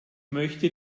möchte